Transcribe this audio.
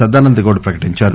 సదానంద గౌడ్ ప్రకటించారు